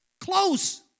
close